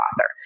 author